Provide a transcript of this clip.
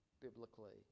biblically